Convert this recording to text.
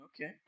okay